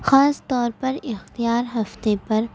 خاص طور پر اختیار ہفتے پر